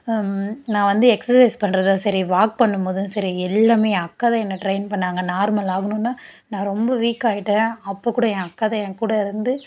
நான் வந்து எக்ஸசைஸ் பண்றதாக சரி வாக் பண்ணும் போதும் சரி எல்லாமே என் அக்கா தான் என்ன ட்ரெயின் பண்ணாங்க நார்மல் ஆகணுன்னா நான் ரொம்ப வீக் ஆயிட்டேன் அப்போ கூட ஏன் அக்கா தான் ஏங்கூட இருந்து